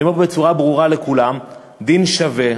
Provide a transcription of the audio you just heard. אני אומר בצורה ברורה לכולם: דין שווה